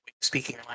speaking